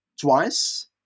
twice